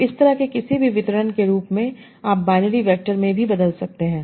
तो इस तरह के किसी भी वितरण के रूप में आप बाइनरी वैक्टर में भी बदल सकते हैं